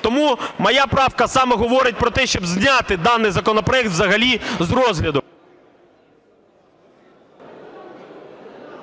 Тому моя правка саме говорить про те, щоб зняти даний законопроект взагалі з розгляду.